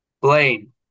Blaine